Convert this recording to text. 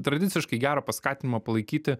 tradiciškai gero paskatinimo palaikyti